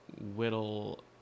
whittle